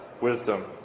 wisdom